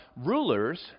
rulers